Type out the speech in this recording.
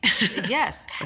Yes